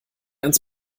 ans